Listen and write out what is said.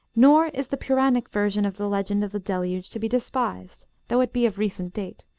nor is the puranic version of the legend of the deluge to be despised, though it be of recent date,